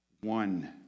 one